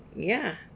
ya